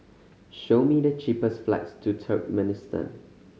show me the cheapest flights to Turkmenistan